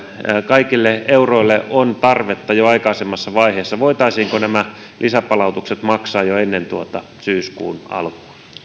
kaikille euroille on tarvetta jo aikaisemmassa vaiheessa voitaisiinko nämä lisäpalautukset maksaa jo ennen tuota syyskuun alkua